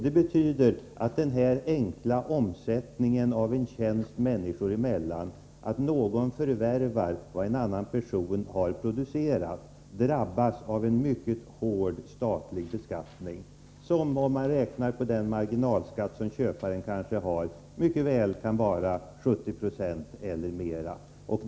Detta betyder att den här enkla omsättningen av en tjänst människor emellan, att någon förvärvar vad en annan person har producerat, drabbas av en mycket hård statlig beskattning som, om man räknar på den marginalskatt som köparen exempelvis har, mycket väl kan vara 70 90 eller mer.